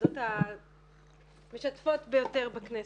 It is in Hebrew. מהוועדות המשתפות ביותר בכנסת.